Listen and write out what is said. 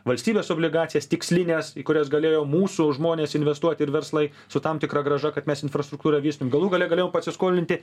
valstybės obligacijas tikslines į kurias galėjo mūsų žmonės investuoti ir verslai su tam tikra grąža kad mes infrastruktūrą vystytum galų gale galėjo pasiskolinti